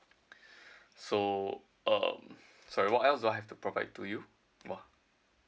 so uh sorry what else do I have to provide to you !wah!